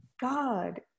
God